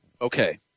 Okay